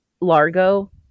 Largo